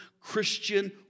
Christian